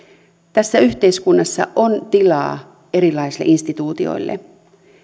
tässä yhteiskunnassa on tilaa erilaisille instituutioille